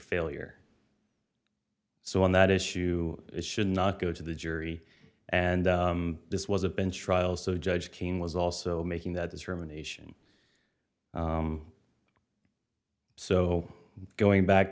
failure so on that issue it should not go to the jury and this was a bench trial so judge king was also making that determination so going back